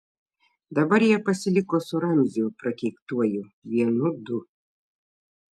dabar jie pasiliko su ramziu prakeiktuoju vienu du